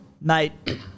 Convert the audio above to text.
Mate